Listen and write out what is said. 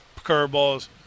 curveballs